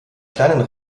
kleinen